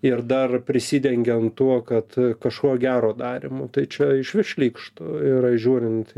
ir dar prisidengiant tuo kad kažkuo gero darymu tai čia išvis šlykštu yra žiūrint